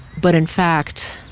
but, in fact,